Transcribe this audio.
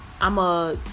I'ma